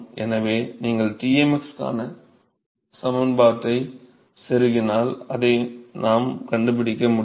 எனவே நீங்கள் இங்கே Tmx க்கான சமன்பாட்டை செருகினால் அதைக் கண்டுபிடிக்க முடியும்